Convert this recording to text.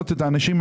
את המפעל.